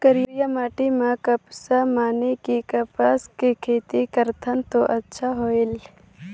करिया माटी म कपसा माने कि कपास के खेती करथन तो अच्छा होयल?